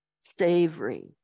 savory